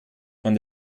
von